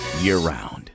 year-round